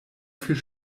viel